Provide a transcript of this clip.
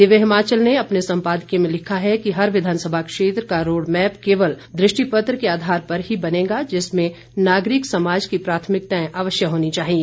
दिव्य हिमाचल ने अपने सम्पादकीय में लिखा है कि हर विधानसभा क्षेत्र का रोडमैप केवल दृष्टि पत्र के आधार पर ही बनेगा जिसमें नागरिक समाज की प्राथमिकताएं होनी चाहिये